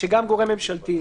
דיבר אתי משרד הביטחון,